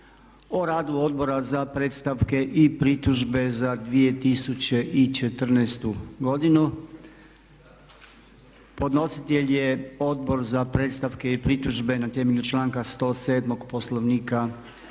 o radu Odbora za predstavke i pritužbe za 2014. godinu Podnositelj: Odbor za predstavke i pritužbe Na temelju članka 107. Poslovnika Hrvatskoga